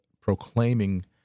proclaiming